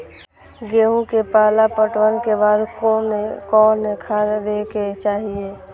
गेहूं के पहला पटवन के बाद कोन कौन खाद दे के चाहिए?